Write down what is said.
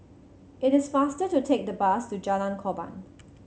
it is faster to take the bus to Jalan Korban